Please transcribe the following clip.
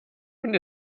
und